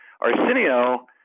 Arsenio